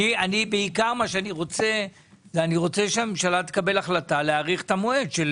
בעיקר מה שאני רוצה זה שהממשלה תקבל החלטה להאריך את המועד של